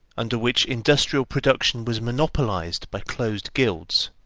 under which industrial production was monopolised by closed guilds,